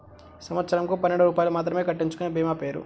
సంవత్సరంకు పన్నెండు రూపాయలు మాత్రమే కట్టించుకొనే భీమా పేరు?